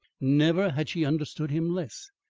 never had she understood him less.